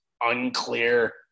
unclear